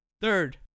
Third